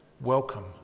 welcome